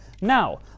Now